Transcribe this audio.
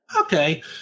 Okay